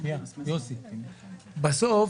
בסוף